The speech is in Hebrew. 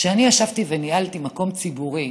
כשאני ישבתי וניהלתי מקום ציבורי